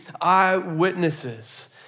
eyewitnesses